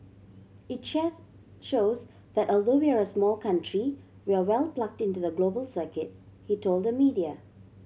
it just shows that although we're a small country we're well plugged into the global circuit he told the media